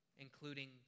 including